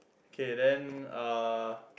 okay then uh